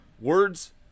words